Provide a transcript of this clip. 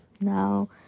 Now